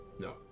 No